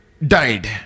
died